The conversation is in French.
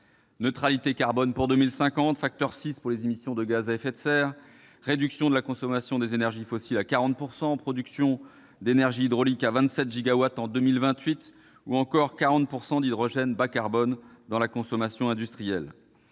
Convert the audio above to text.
neutralité carbone pour 2050, facteur 6 pour les émissions de gaz à effets de serre, réduction de la consommation des énergies fossiles à 40 %, production d'énergie hydraulique à 27 gigawatts en 2028 ou encore 40 % d'hydrogène bas-carbone dans la consommation industrielle